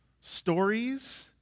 stories